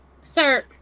sir